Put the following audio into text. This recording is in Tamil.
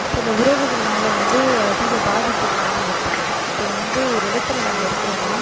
சில உறவுகள்னால் வந்து அதிக பாதிப்புகள் வந்து ஏற்பட்டுருக்குது இப்போது வந்து ஒரு இடத்துல நம்ம இருக்கிறோம்னா